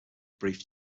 brief